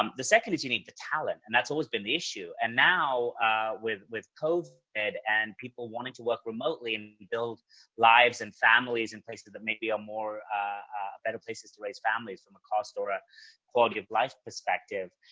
um the second is you need the talent. and that's always been the issue. and now with with covid and people wanting to work remotely and build lives and families in places that maybe ah are better places to raise families from a cost or a quality of life perspective,